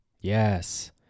Yes